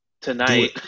tonight